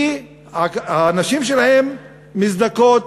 כי הנשים שלהם מזדכות